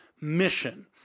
mission